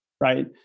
right